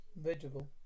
vegetable